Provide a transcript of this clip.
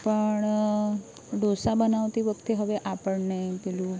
પણ ઢોંસા બનાવતી વખતે હવે આપણને પેલું